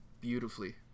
beautifully